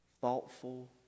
thoughtful